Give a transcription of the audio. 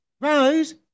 Rose